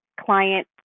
client